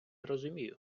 розумію